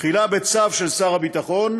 תחילה בצו של שר הביטחון,